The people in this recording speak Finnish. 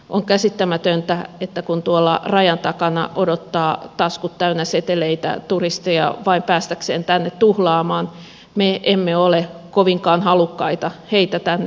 on käsittämätöntä että kun tuolla rajan takana odottaa taskut täynnä seteleitä turisteja vain päästäkseen tänne tuhlaamaan me emme ole kovinkaan halukkaita heitä tänne ottamaan vastaan